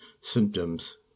symptoms